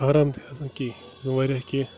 آرام تہِ آسان کیٚنٛہہ یُس زَن واریاہ کیٚنٛہہ